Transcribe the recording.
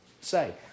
say